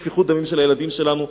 לשפיכות דמים של הילדים שלנו,